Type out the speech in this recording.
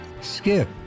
Skip